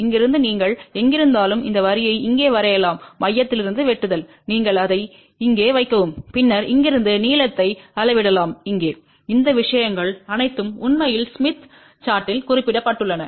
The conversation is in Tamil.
இங்கிருந்து நீங்கள் எங்கிருந்தாலும் இந்த வரியை இங்கே வரையலாம் மையத்திலிருந்து வெட்டுதல் நீங்கள் அதை இங்கே வைக்கவும் பின்னர் இங்கிருந்து நீளத்தை அளவிடலாம்இங்கே இந்த விஷயங்கள் அனைத்தும் உண்மையில் ஸ்மித் விளக்கப்படத்தில் குறிப்பிடப்பட்டுள்ளன